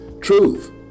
Truth